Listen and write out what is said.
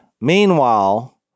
meanwhile